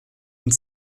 und